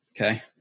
Okay